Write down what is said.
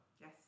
Yes